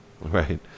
Right